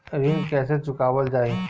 ऋण कैसे चुकावल जाई?